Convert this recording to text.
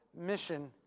mission